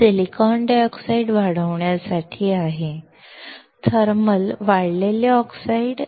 हे silicon dioxide वाढवण्यासाठी आहे थर्मल वाढलेले ऑक्साईड